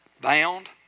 bound